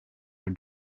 are